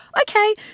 okay